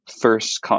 first